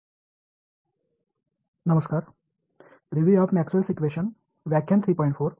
computational electromagnetics review of Maxwell's equations Review of Maxwell's Equations professor